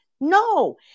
No